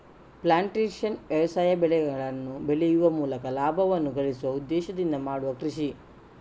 plantation ವ್ಯವಸಾಯ ಬೆಳೆಗಳನ್ನ ಬೆಳೆಯುವ ಮೂಲಕ ಲಾಭವನ್ನ ಗಳಿಸುವ ಉದ್ದೇಶದಿಂದ ಮಾಡುವ ಕೃಷಿ